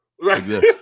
Right